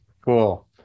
Cool